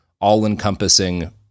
all-encompassing